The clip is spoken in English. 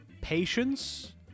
patience